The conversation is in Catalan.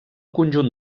conjunt